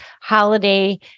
holiday